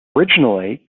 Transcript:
originally